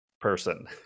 person